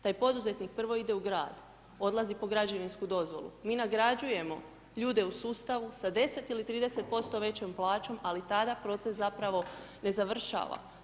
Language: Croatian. Taj poduzetnik prvo ide u grad, odlazi po građevinsku dozvolu, mi na nagrađujemo ljude u sustavu sa 10 ili 30% većom plaćom, ali tada proces zapravo ne završava.